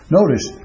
notice